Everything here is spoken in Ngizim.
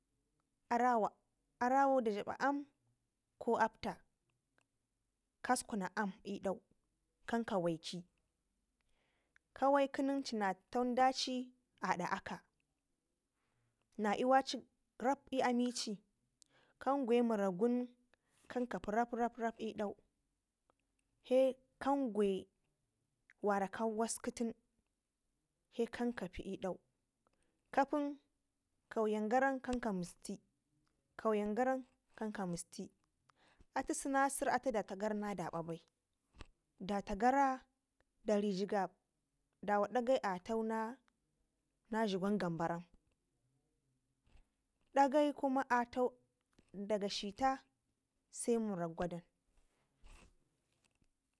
Arawa arawo da dlamba aam ko apta kaskuna aam i'dau ka nka waikɘ ka waikɘ nen na tandaci adak aka na i'waci rab i'aamici kagwe mirak gun kan kapi rap rap i'dau he kangwe wara ka waskɘ tun kan kapi i'dau kapan kauyum garan kanka misti kauyum karan kanka misti ati sinasɘr atu data gara na daba bai data gara dari jigab dawa dagɘi ata gara na dlugwan gambaram dagai kuma atau daga shit a se murak gwadan.